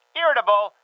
irritable